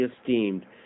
esteemed